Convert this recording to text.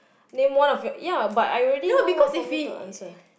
name one of your ya but I already know one for me to answer